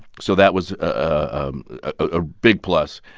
so that was a big plus.